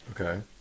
Okay